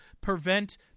prevent